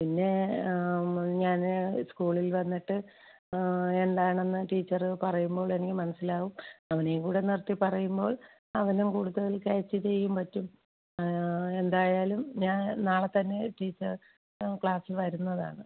പിന്നെ ഞാൻ സ്കൂളിൽ വന്നിട്ട് എന്താണെന്ന് ടീച്ചറ് പറയുമ്പോൾ എനിക്ക് മനസ്സിലാവും അവനെയും കൂടെ നിർത്തി പറയുമ്പോൾ അവനും കൂടുതൽ ക്യാച്ച് ചെയ്യും പറ്റും ആ എന്തായാലും ഞാൻ നാളത്തന്നെ ടീച്ചർ ഞാൻ ക്ലാസ്സി വരുന്നതാണ്